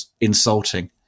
insulting